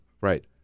right